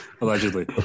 Allegedly